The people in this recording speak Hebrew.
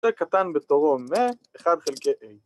‫זה קטן בתורו מ-1 חלקי A.